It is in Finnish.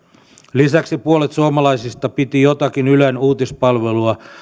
lisäksi puolet suomalaisista piti jotakin ylen uutispalvelua